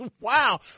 wow